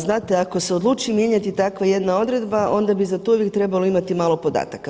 Znate ako se odluči mijenjati takva jedna odredba onda bi za to uvijek trebalo imati malo podataka.